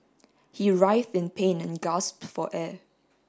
he writhed in pain and gasped for air